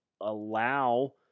allow